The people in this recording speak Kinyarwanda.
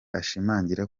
ashimangira